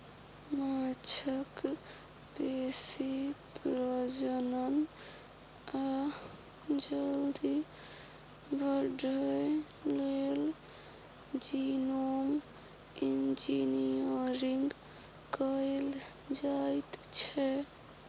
माछक बेसी प्रजनन आ जल्दी बढ़य लेल जीनोम इंजिनियरिंग कएल जाएत छै